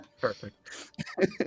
Perfect